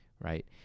right